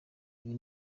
ibi